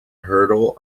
hurdle